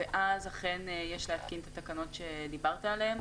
ואז אכן יש להתקין את התקנות שדיברת עליהן.